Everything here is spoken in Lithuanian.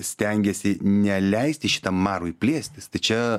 stengiasi neleisti šitam marui plėstis tai čia